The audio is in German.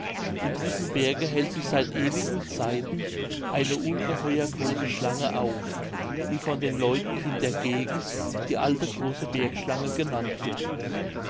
in diesem berge hält sich seit ewigen zeiten eine ungeheuer große schlange auf die von den leuten in der gegend die alte große bergschlange genannt wird